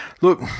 Look